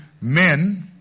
men